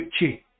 Gucci